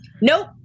Nope